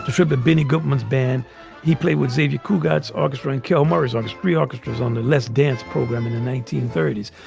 tribbett beny governments ban he played with xavier coogan's orchestra and kilmer's orchestra orchestras on the less dance program in the nineteen thirty s.